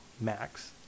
max